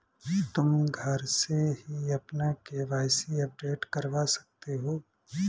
तुम घर से ही अपना के.वाई.सी अपडेट करवा सकते हो